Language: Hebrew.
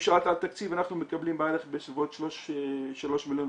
אם שאלת על תקציב אנחנו מקבלים בערך 3.6 מיליון